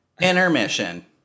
intermission